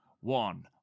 one